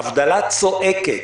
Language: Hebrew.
אבטלה צועקת.